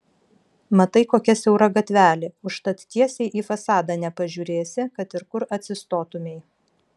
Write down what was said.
matai kokia siaura gatvelė užtat tiesiai į fasadą nepažiūrėsi kad ir kur atsistotumei